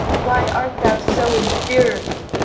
why art thou so in fear of me,